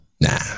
Nah